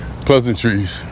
pleasantries